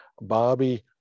Bobby